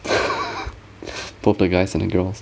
both the guys and girls